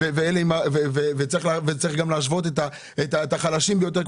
צריך גם להשוות את החלשים ביותר.